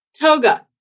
toga